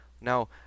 Now